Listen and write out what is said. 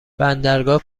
بندرگاه